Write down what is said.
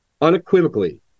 unequivocally